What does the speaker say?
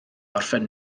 orffen